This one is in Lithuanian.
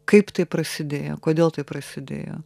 kaip tai prasidėjo kodėl tai prasidėjo